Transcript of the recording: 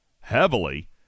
heavily